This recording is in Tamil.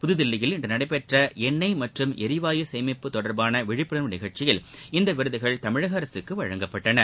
புத்தில்லியில் இன்று நடைபெற்ற எண்ணெய் மற்றும் எரிவாயு சேமிப்பு தொடர்பான விழிப்புணர்வு நிகழ்ச்சியில் இந்த விருதுகள் தமிழக அரசுக்கு வழங்கப்பட்டன